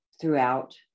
throughout